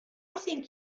think